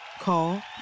Call